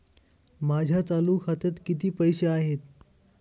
माझ्या चालू खात्यात किती पैसे आहेत?